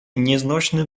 nieznośny